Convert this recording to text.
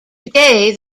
today